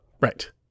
Right